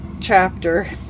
chapter